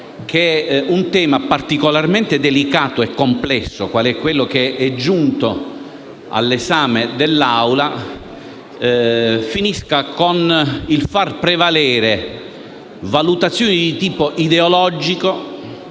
un tema particolarmente delicato e complesso quale quello giunto all'esame dell'Assemblea possa finire con il far prevalere valutazioni di tipo ideologico